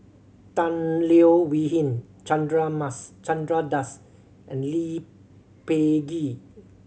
Tan Leo Wee Hin Chandra Mas Chandra Das and Lee Peh Gee